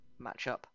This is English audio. matchup